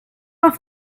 off